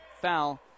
foul